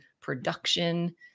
production